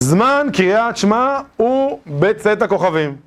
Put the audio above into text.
זמן קריאת שמע, הוא בצאת הכוכבים